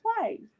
twice